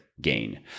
gain